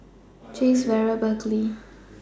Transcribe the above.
Chase Vera and Berkley